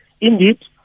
Indeed